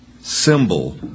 symbol